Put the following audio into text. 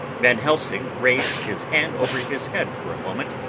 van helsing raised his hand over his head for a moment,